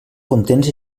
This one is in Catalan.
contents